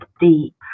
deep